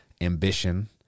ambition